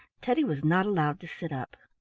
teddy was not allowed to sit up.